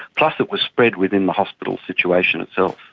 plus it was spread within the hospital situation itself.